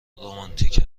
رومانتیک